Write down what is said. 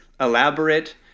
elaborate